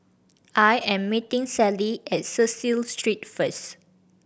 I am meeting Sally at Cecil Street first